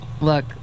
Look